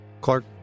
Clark